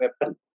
weapon